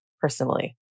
personally